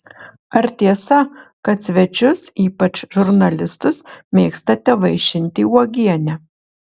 ar tiesa kad svečius ypač žurnalistus mėgstate vaišinti uogiene